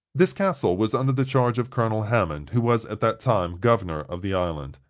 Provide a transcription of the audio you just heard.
this castle was under the charge of colonel hammond, who was at that time governor of the island.